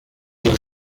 die